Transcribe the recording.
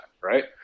right